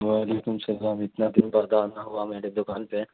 وعلیکم السلام اتنا دن پردہ نہ ہوا میرے دکان پہ